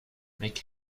make